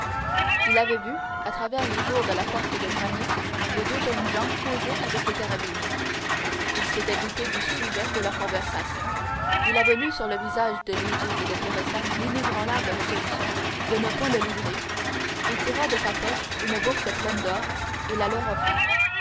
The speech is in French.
il avait vu à travers les jours de la porte de granit les deux jeunes gens causer avec les carabiniers il s'était douté du sujet de leur conversation il avait lu sur le visage de luigi et de teresa l'inébranlable résolution de ne point le livrer et tira de sa poche une bourse pleine d'or et la leur